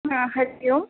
हा हरिः ओम्